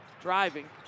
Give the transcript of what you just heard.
driving